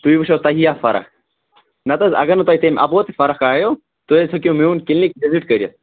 تُہۍ وُچھو حظ تۄہہِ یِیہ فرق نَتہٕ حظ اگر نہٕ تۄہہِ تٔمۍ اَپور تہِ فرق آیَو تُہۍ حظ ہٮ۪کِو میون کِلنِک وِزِٹ کٔرِتھ